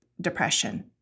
depression